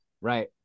Right